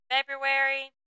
February